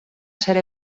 ser